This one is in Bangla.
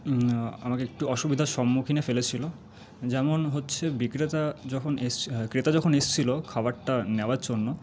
আমাকে একটু অসুবিধার সম্মুখীনে ফেলেছিলো যেমন হচ্ছে বিক্রেতা যখন এস ক্রেতা যখন এসছিলো খাবারটা নেওয়ার জন্য